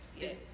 Yes